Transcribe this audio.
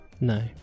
No